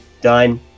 done